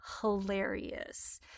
hilarious